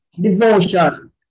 devotion